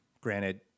granted